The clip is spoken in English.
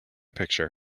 picture